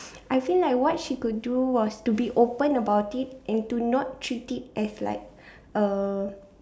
I feel like what she could do was to be open about it and to not treat it as like a